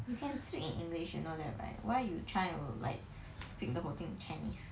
you can speak in english you know that right why you trying to like speak the whole thing in chinese